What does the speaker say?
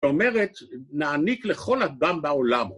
זאת אומרת, נעניק לכל אדם בעולם.